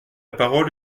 parole